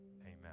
amen